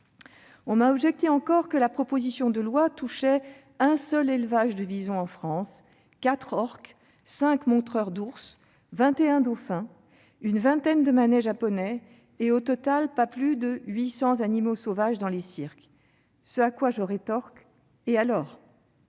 On m'a objecté encore que la proposition de loi touchait un seul élevage de visons en France, quatre orques, cinq montreurs d'ours, vingt et un dauphins, une vingtaine de manèges à poneys, et, au total, pas plus de huit cents animaux sauvages dans les cirques. Ce à quoi je rétorque : et alors ?